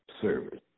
service